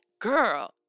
girl